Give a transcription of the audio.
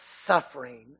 suffering